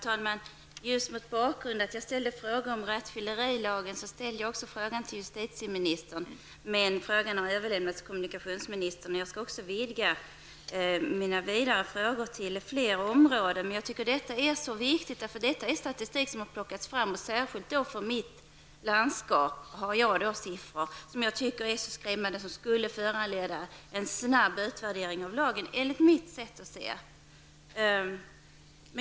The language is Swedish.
Herr talman! Eftersom jag ställde frågan om rattfyllerilagen, riktade jag den till justitieministern, men frågan har överlämnats till kommunikationsministern. Jag vill därför vidga mina frågor till att omfatta flera områden. Men detta är så viktigt och det bygger på statistik som har tagits fram. Mina siffror kommer från statistik över förhållandena i det landskap som jag kommer ifrån. Jag tycker att dessa siffror är så skrämmande att de skulle föranleda en snabb utvärdering av lagen.